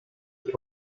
die